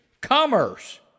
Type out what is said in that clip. commerce